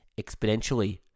exponentially